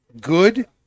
good